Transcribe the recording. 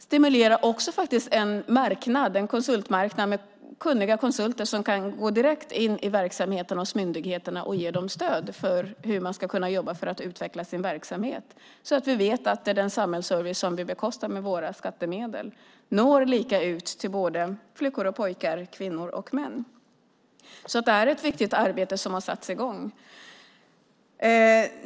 Det handlar också om att stimulera en konsultmarknad med kunniga konsulter som kan gå direkt in i verksamheterna hos myndigheterna och ge dem stöd med hur de ska kunna jobba för att kunna utveckla sin verksamhet. Det behövs så att vi vet att den samhällsservice vi bekostar med våra skattemedel når lika ut till både flickor och pojkar, kvinnor och män. Det är ett viktigt arbete som har satts i gång.